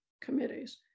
committees